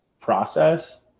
process